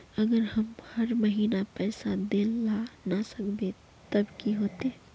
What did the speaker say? अगर हम हर महीना पैसा देल ला न सकवे तब की होते?